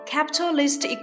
Capitalist